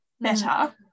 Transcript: better